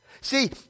See